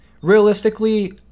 Realistically